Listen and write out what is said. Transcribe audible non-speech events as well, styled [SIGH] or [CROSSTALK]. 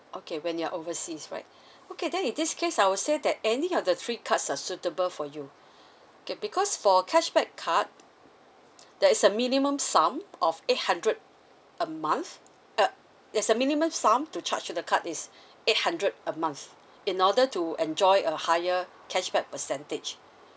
okay when you're overseas right [BREATH] okay then in this case I will say that any of the three cards are suitable for you K because for cashback card there is a minimum sum of eight hundred a month uh there's a minimum sum to charge to the card is [BREATH] eight hundred a month in order to enjoy a higher cashback percentage